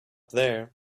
there